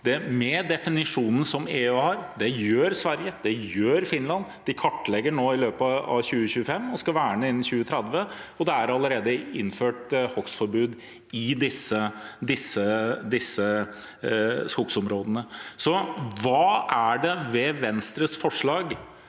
med definisjonen som EU har – det gjør Sverige, det gjør Finland. De kartlegger nå i løpet av 2025 og skal verne innen 2030, og det er allerede innført hogstforbud i disse skogsområdene. Så hva er det ved Venstres forslag